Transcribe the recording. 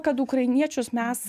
kad ukrainiečius mes